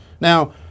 Now